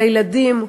לילדים,